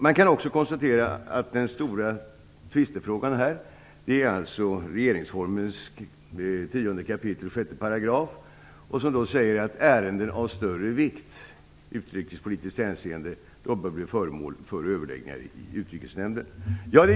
Man kan också konstatera att den stora tvistefrågan är 10 kap. 6 § regeringsformen, där det sägs att ärenden av större vikt i utrikespolitiskt hänseende bör bli föremål för överläggningar i Utrikesnämnden.